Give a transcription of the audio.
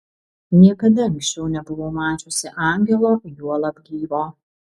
niekada anksčiau nebuvau mačiusi angelo juolab gyvo